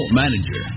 manager